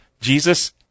Jesus